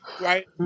right